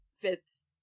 fits